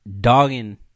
dogging